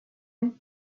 entre